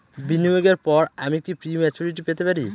বিনিয়োগের পর আমি কি প্রিম্যচুরিটি পেতে পারি?